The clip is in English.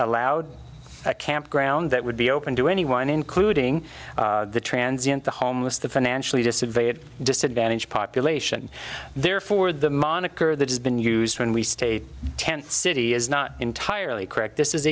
allowed a campground that would be open to anyone including the transients the homeless the financially disadvantaged disadvantaged population therefore the moniker that has been used when we state tent city is not entirely correct this is